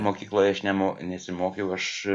mokykloje aš nemo nesimokiau aš